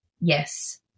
Yes